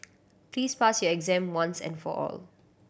please pass your exam once and for all